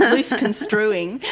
loose-construing.